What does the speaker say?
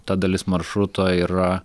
ta dalis maršruto yra